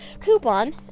Coupon